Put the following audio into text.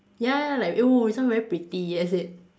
ya ya like oh this one very pretty that's it